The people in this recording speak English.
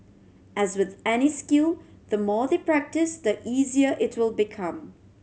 as with any skill the more they practise the easier it will become